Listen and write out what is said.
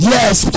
Yes